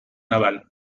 naval